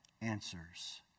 answers